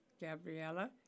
Gabriella